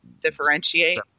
Differentiate